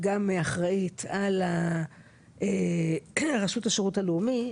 גם אחראית על הרשות לשירות הלאומי,